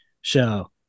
show